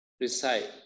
recite